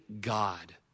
God